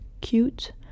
Cute